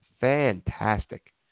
Fantastic